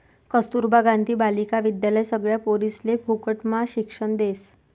कस्तूरबा गांधी बालिका विद्यालय सगळ्या पोरिसले फुकटम्हा शिक्षण देस